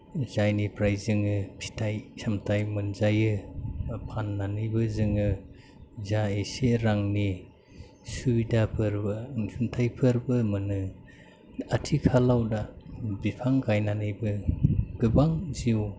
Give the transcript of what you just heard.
जायनिफ्राय जोङो फिथाइ सामथाइ मोनजायो बा फाननानैबो जोङो जा इसे रांनि सुबिदाफोरबो अनसुंथायफोरबो मोनो आथिखालाव दा बिफां गायनानैबो गोबां जिउ